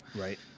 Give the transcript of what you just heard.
right